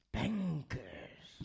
bankers